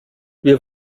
wir